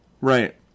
Right